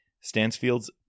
Stansfield's